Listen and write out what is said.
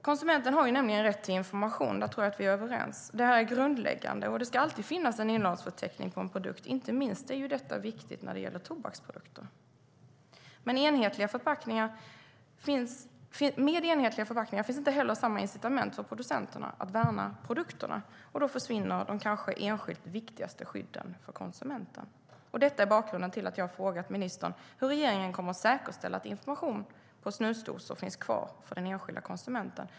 Konsumenten har nämligen rätt till information. Där tror jag att vi är överens. Det här är grundläggande. Det ska alltid finnas en innehållsförteckning på en produkt. Inte minst är detta viktigt när det gäller tobaksprodukter. Med enhetliga förpackningar finns inte heller samma incitament för producenterna att värna produkterna, och då försvinner de kanske enskilt viktigaste skydden för konsumenten. Detta är bakgrunden till att jag har frågat ministern hur regeringen kommer att säkerställa att information på snusdosor finns kvar för den enskilda konsumenten.